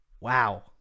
Wow